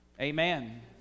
Amen